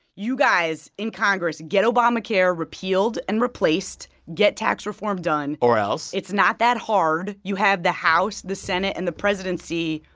you guys in congress, get obamacare repealed and replaced. get tax reform done or else? it's not that hard. you have the house, the senate and the presidency.